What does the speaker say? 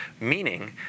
Meaning